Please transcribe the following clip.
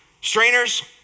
Strainers